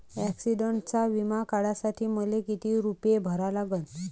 ॲक्सिडंटचा बिमा काढा साठी मले किती रूपे भरा लागन?